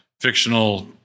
fictional